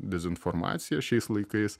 dezinformacija šiais laikais